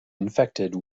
infected